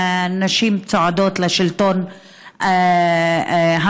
"נשים צועדות לשלטון המקומי",